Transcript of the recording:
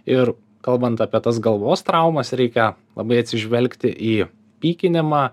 ir kalbant apie tas galvos traumas reikia labai atsižvelgti į pykinimą